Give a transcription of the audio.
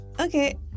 Okay